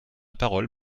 parole